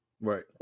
Right